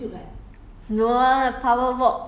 on the Youtube